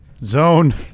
zone